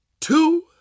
two